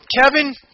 Kevin